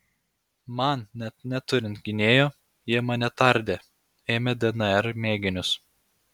man net neturint gynėjo jie mane tardė ėmė dnr mėginius